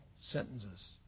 sentences